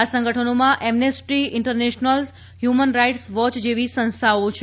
આ સંગઠનોમાં Amnesty International human rights watch જેવી સંસ્થાઓ છે